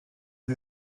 sie